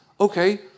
okay